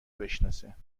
بشناسه